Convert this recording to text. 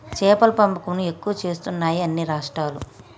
చేపల పెంపకం ను ఎక్కువ చేస్తున్నాయి అన్ని రాష్ట్రాలు